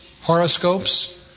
horoscopes